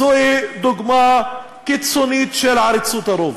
זוהי דוגמה קיצונית של עריצות הרוב.